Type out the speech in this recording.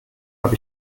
habe